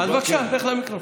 אז בבקשה, לך למיקרופון.